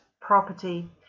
property